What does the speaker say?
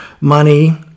money